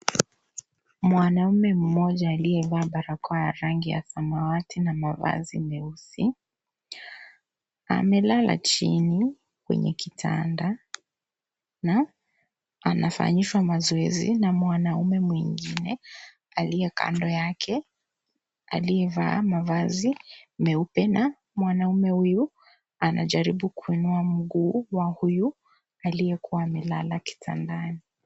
Mwanaume moja aliyevaa barakoa ya rangi ya samawati na mavazi meusi amelala chini kwenye kitanda na anafanyiwa mazoezi na mwanaume mwingine aliye kando yake aliyevaa mavazi meupe na mwanaume huyu anajaribu kuinua mguu wa huyu aliyekuwa amelala kitandani.